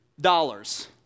dollars